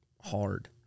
hard